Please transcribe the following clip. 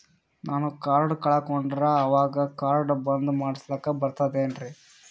ನಾನು ಕಾರ್ಡ್ ಕಳಕೊಂಡರ ಅವಾಗ ಕಾರ್ಡ್ ಬಂದ್ ಮಾಡಸ್ಲಾಕ ಬರ್ತದೇನ್ರಿ?